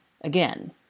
Again